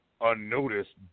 unnoticed